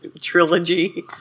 trilogy